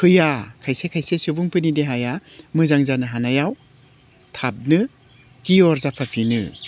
फैया खायसे खायसे सुबुंफोरनि देहाया मोजां जानो हानायाव थाबनो कियर जाखांफिनो